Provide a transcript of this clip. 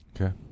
Okay